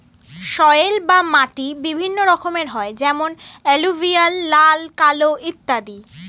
soil বা মাটি বিভিন্ন রকমের হয় যেমন এলুভিয়াল, লাল, কালো ইত্যাদি